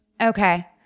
Okay